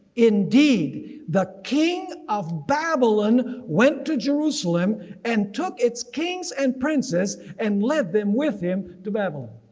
indeed the king of babylon went to jerusalem and took its king and princes, and led them with him to babylon.